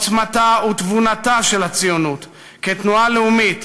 עוצמתה ותבונתה של הציונות כתנועה לאומית